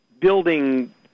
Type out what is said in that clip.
building